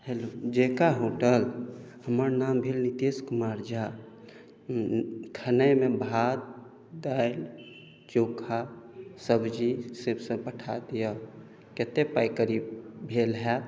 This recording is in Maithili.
हैलो जायका होटल हमर नाम भेल नितेश कुमार झा खेनाइमे भात दालि चोखा सब्जी सेसभ पठा दिअ कतेक पाइ करीब भेल हैत